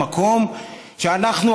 במקום שאנחנו,